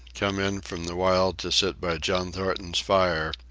come in from the wild to sit by john thornton's fire,